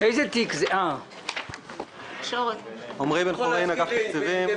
עמוד 160. אני עמרי בן-חורין, אגף תקציבים.